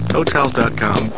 Hotels.com